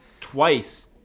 twice